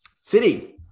City